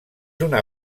una